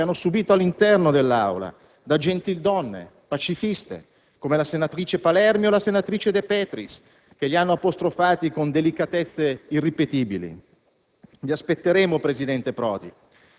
ma quelle morali, verbali che hanno subito all'interno dell'Aula, da gentildonne pacifiste, come la senatrice Palermi o la senatrice De Petris, che li hanno apostrofati con delicatezze irripetibili.